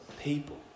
people